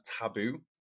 taboo